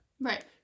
Right